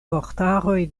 vortaroj